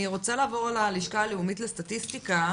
אני רוצה לעבור ללשכה המרכזית לסטטיסטיקה,